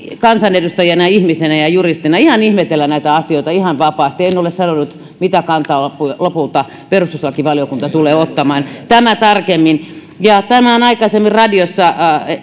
kansanedustajana ihmisenä ja juristina ihmetellä näitä asioita ihan vapaasti en ole sanonut minkä kannan lopulta perustuslakivalio kunta tulee ottamaan tämä tarkemmin tästä ja tänään aikaisemmin radiossa